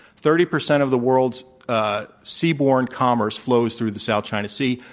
thirty percent of the world's ah seaborne commerce flows through the south china sea,